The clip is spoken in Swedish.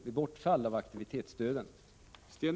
vid bortfall av aktivitetsstöden.